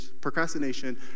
Procrastination